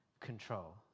control